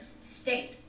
state